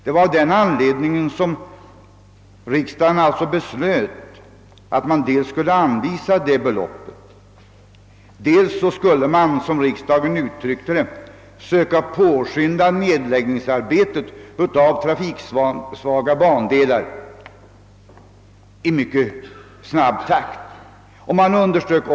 Det var av den anledningen som riksdagen beslöt dels att det ifrågavarande beloppet skulle anvisas, dels att, som saken uttrycktes, nedläggningen av trafiksvaga bandelar skulle påskyndas så att den kunde ske i snabb takt. Sammansat!